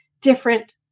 different